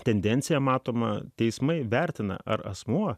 tendencija matoma teismai vertina ar asmuo